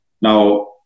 Now